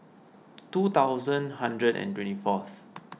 two thousand hundred and twenty fourth